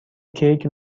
کیک